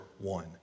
one